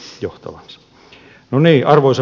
arvoisa puhemies